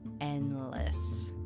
endless